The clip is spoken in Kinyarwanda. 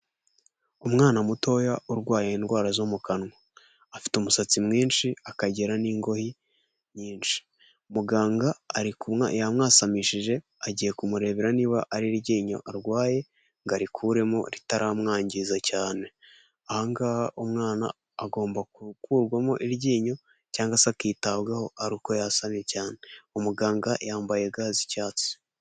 umwana mutoya urwaye indwara zo mu kanwa afite umusatsi mwinshi akagera n'ingoyi nyinshi muganga ariku yamwasamishije agiye kumurebera niba ari iryinyo arwaye ngo arikuremo, ritaramwangiza cyanehangaha umwana agomba gukurwamo iryinyo cyangwa se akitabwaho ari uko yasamye cyane umuganga yambaye ga z'icyatsi